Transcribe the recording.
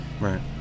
Right